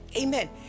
amen